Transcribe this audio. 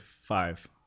five